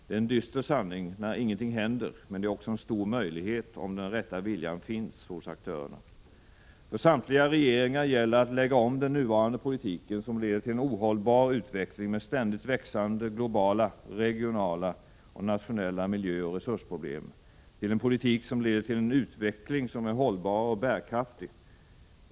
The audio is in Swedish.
Det är en dyster sanning när ingenting händer, men det är också en stor möjlighet om den rätta viljan finns hos aktörerna. För samtliga regeringar gäller att lägga om den nuvarande politiken som leder till en ohållbar utveckling med ständigt växande globala, regionala och nationella miljöoch resursproblem, till en politik som leder till en utveckling som är hållbar och bärkraftig.